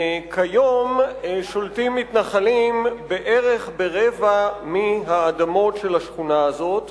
וכיום מתנחלים שולטים בערך ברבע מהאדמות של השכונה הזאת,